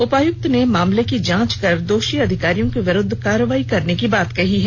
उपायुक्त ने मामले की जांच कर दोषी अधिकारियों के विरूद्ध कार्रवाई करने की बात कही है